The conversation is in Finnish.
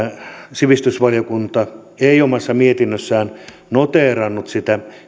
sivistysvaliokunta ei omassa mietinnössään noteerannut sitä